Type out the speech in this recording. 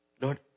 Lord